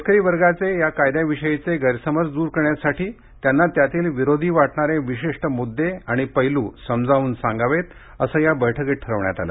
शेतकरीवर्गाचे या कायद्याविषयीचे गैरसमज दूर करण्यासाठी त्यांना त्यातील विरोधी वाटणारे विशिष्ट मुद्दे आणि पैलू समजावून सांगावेत असं या बैठकीत ठरविण्यात आलं